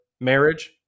marriage